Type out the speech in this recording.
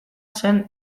zen